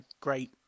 great